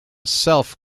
self